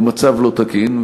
הוא מצב לא תקין.